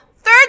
Third